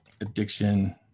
addiction